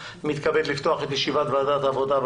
ואני מתכבד לפתוח את ישיבת ועדת העבודה,